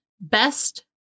best